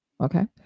Okay